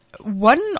one